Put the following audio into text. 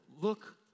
Look